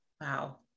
Wow